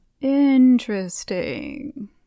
Interesting